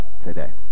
today